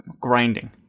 grinding